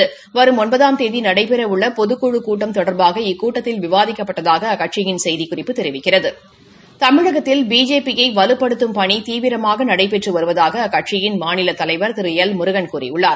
தொடர்பாக வரும் ஒன்பதாம் தேதி நடைபெறவுள்ள பொதுக்குழக் கூட்டம் இக்கூட்டத்தில் விவாதிக்கப்பட்டதாக அக்கட்சியின் செய்திக்குறிப்பு தெரிவிக்கிறது தமிழகத்தில் பிஜேபி யை வலுப்படுத்தும் பணி தீவிரமாக நடைபெற்று வருவதாக அக்கட்சியின் மாநில தலைவர் திரு எல் முருகன்கூறியுள்ளார்